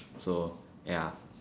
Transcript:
so ya